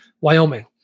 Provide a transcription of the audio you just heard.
Wyoming